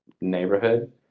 neighborhood